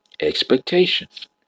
expectations